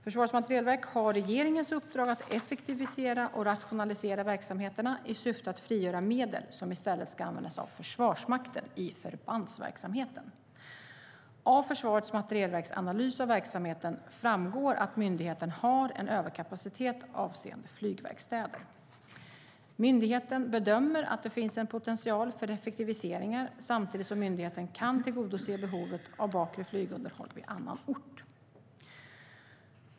Försvarets materielverk har regeringens uppdrag att effektivisera och rationalisera verksamheterna i syfte att frigöra medel som i stället ska användas av Försvarsmakten i förbandsverksamheten. Av Försvarets materielverks analys av verksamheten framgår att myndigheten har en överkapacitet avseende flygverkstäder. Myndigheten bedömer att det finns en potential för effektiviseringar samtidigt som myndigheten kan tillgodose behovet av bakre flygunderhåll vid annan ort.